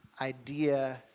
idea